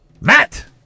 Matt